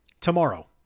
Tomorrow